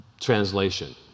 translation